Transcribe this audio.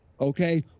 okay